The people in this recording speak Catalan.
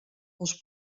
als